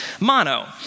mono